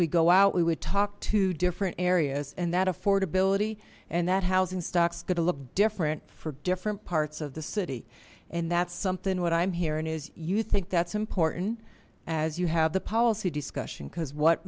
we go out we would talk to different areas and that affordability and that housing stocks going to look different for different parts of the city and that's something what i'm hearing is you think that's important as you have the policy discussion because what